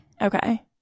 Okay